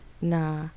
Nah